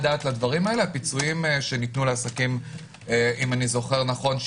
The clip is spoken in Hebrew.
הפיצויים שניתנו לעסקים אם אני זוכר נכון,